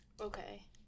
okay